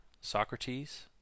Socrates